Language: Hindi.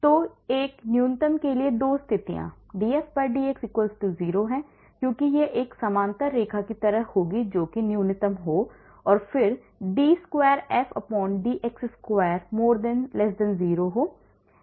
तो एक न्यूनतम के लिए दो स्थितियाँ df dx 0 हैं क्योंकि यह एक समानांतर रेखा की तरह होगी जो कि न्यूनतम हो और फिर d वर्ग f dx वर्ग 0 हो